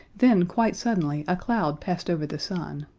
then quite suddenly a cloud passed over the sun,